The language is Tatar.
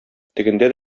тегендә